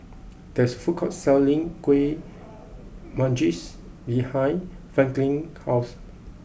there is a food court selling Kuih Manggis behind Franklin house